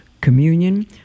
communion